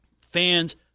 Fans